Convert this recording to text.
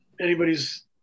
anybody's –